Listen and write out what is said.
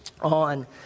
on